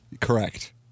Correct